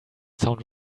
sound